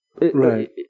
right